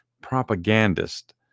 propagandist